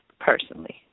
personally